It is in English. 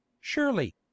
surely